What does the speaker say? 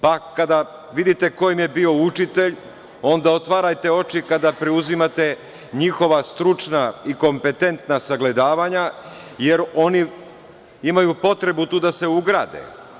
Pa, kada vidite ko im je bio učitelj, onda otvarajte oči kada preuzimate njihova stručna i kompetentna sagledavanja, jer oni imaju potrebu tu da se ugrade.